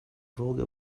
volga